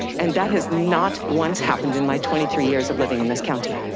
and that has not once happened in my twenty three years of living in this county.